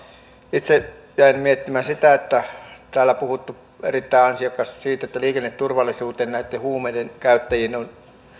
itse jäin miettimään täällä on puhuttu erittäin ansiokkaasti siitä että liikenneturvallisuuteen ja näitten huumeiden käyttäjiin on